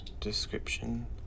description